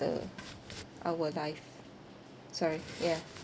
the our life sorry ya